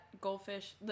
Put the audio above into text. goldfish